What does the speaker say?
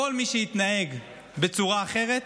כל מי שהתנהג בצורה אחרת,